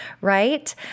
right